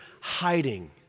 hiding